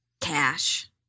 cash